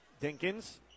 Dinkins